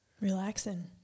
Relaxing